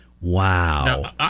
Wow